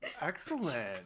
Excellent